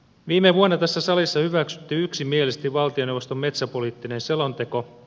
viime vuonna tässä salissa hyväksyttiin yksimielisesti valtioneuvoston metsäpoliittinen selonteko